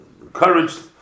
encouraged